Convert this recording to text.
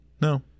No